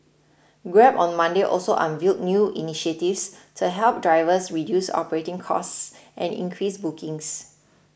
grab on Monday also unveiled new initiatives to help drivers reduce operating costs and increase bookings